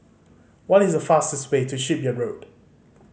what is the fastest way to Shipyard Road